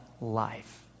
life